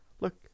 Look